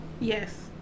Yes